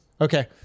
Okay